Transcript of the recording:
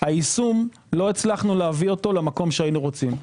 לא הצלחנו להביא אותו למקום שהיינו רוצים.